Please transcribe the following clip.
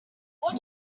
are